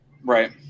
Right